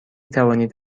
توانید